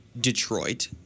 Detroit